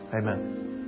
amen